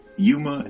Yuma